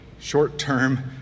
short-term